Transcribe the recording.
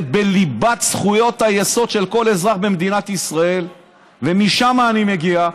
זה בליבת זכויות היסוד של כל אזרח במדינת ישראל ומשם אני מגיע.